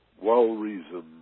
well-reasoned